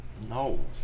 No